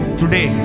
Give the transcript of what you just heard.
today